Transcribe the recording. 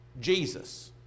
Jesus